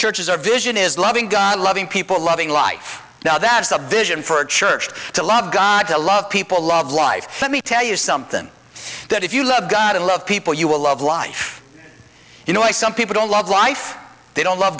churches our vision is loving god loving people loving life now that's a vision for a church to love god to love people love life let me tell you something that if you love god and love people you will love life you know why some people don't love life they don't love